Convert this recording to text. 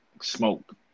smoke